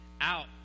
out